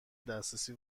دسترسی